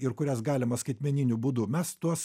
ir kurias galima skaitmeniniu būdu mes tuos